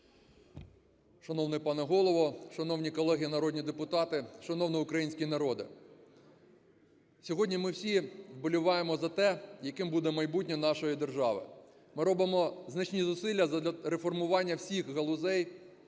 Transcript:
Шановний пане Голово, шановні колеги народні депутати, шановний український народе! Сьогодні ми всі вболіваємо за те, яким буде майбутнє нашої держави. Ми робимо значні зусилля задля реформування всіх галузей